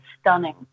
stunning